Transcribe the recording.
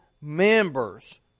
members